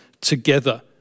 together